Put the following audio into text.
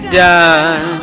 done